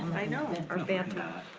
i know dammit.